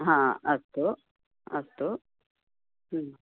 अस्तु अस्तु